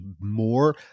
more